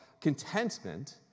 contentment